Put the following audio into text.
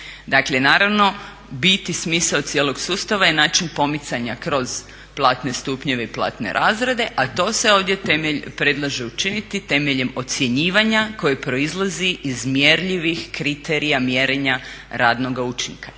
naravno bit i smisao cijelog sustava je način pomicanja kroz platne stupnjeve i platne razrede, a to se ovdje predlaže učiniti temeljem ocjenjivanja koje proizlazi iz mjerljivih kriterija mjerenja radnoga učinka.